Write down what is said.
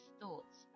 thoughts